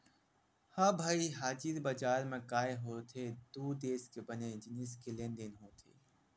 ह भई हाजिर बजार म काय होथे दू देश के बने जिनिस के लेन देन होथे